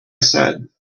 said